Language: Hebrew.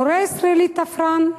המורה הישראלי תפרן,